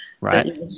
Right